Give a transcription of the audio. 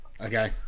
Okay